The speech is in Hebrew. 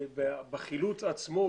בחילוץ עצמו,